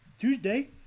Tuesday